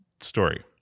story